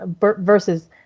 versus